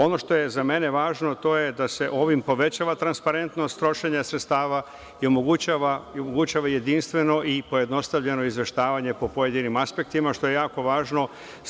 Ono što je za mene važno, to je da se ovim povećava transparentnost trošenja sredstava i omogućava jedinstveno i pojednostavljeno izveštavanje po pojedinim aspektima, što je jako važno.